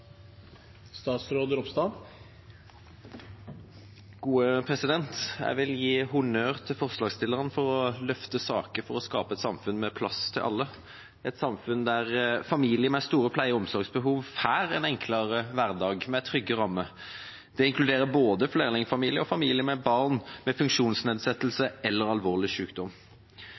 Jeg vil gi honnør til forslagsstillerne for å løfte saker for å skape et samfunn med plass til alle, et samfunn der familier med store pleie- og omsorgsbehov får en enklere hverdag med trygge rammer. Det inkluderer både flerlingfamilier og familier med barn med funksjonsnedsettelse eller alvorlig